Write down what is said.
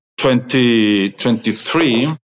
2023